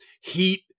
Heat